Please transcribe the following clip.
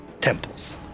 temples